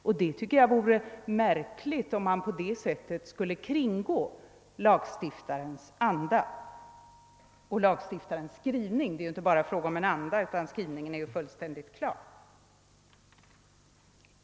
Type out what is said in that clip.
Jag tycker det vore märkligt, om man på det sättet skulle kringgå lagens anda — det är för övrigt inte bara fråga om en anda, då ju skrivningen är fullständigt klar.